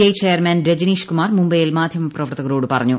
I chairman Rajneesh Kumar മുംബൈയിൽ മാധ്യമപ്രവർത്തകരോട് പറഞ്ഞു